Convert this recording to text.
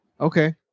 Okay